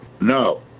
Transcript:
No